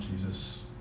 Jesus